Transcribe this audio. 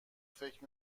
فکر